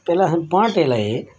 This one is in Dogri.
पैह्लें असें बांह्टे ले